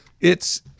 It's-